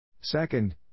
Second